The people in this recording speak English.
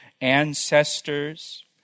ancestors